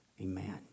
Amen